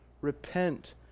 repent